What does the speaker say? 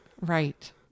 Right